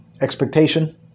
expectation